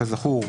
כזכור,